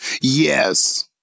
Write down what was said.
Yes